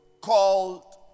Called